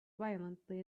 violently